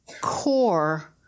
core